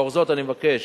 לאור זאת אני מבקש